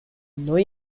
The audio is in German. neu